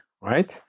right